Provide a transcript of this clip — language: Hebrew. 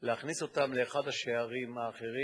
כי להכניס אותם לאחד השערים האחרים